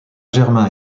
germain